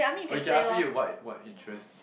oh you can ask me what what interest